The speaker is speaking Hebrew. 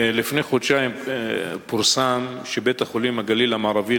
לפני חודשיים פורסם שבית-החולים "הגליל המערבי,